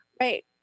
Right